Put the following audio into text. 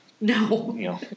No